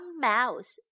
mouse